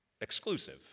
exclusive